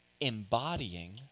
embodying